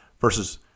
versus